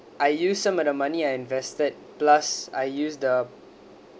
I use some of the money I invested plus I use the